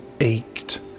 ached